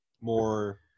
more